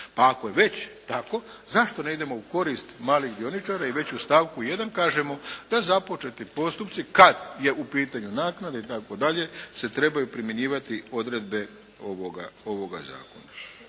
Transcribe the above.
Pa ako je već tako zašto ne idemo u korist malih dioničara i već u stavku 1. kažemo da započeti postupci kad je u pitanju naknada itd. se trebaju primjenjivati odredbe ovoga zakona.